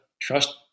trust